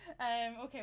Okay